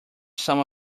some